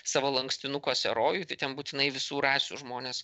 savo lankstinukuose rojų tai ten būtinai visų rasių žmonės